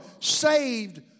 saved